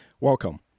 welcome